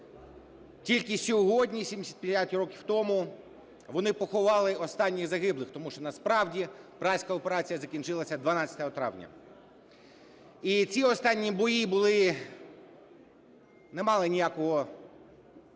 Тільки сьогодні, 75 років тому, вони поховали останніх загиблих, тому що насправді Празька операція закінчилася 12 травня. І ці останні бої були, не мали ніякого сенсу,